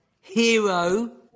hero